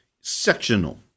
sectional